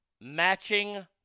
matching